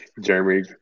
Jeremy